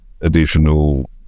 additional